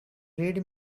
read